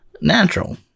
natural